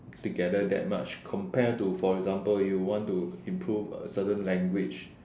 together that much compared to for example when you want to improve a certain language